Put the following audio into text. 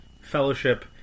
fellowship